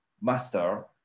master